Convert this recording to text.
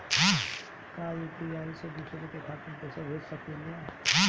का यू.पी.आई से दूसरे के खाते में पैसा भेज सकी ले?